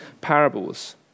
parables